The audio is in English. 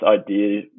idea